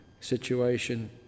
situation